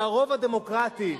כשהרוב הדמוקרטי,